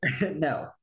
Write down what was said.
no